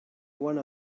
one